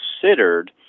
considered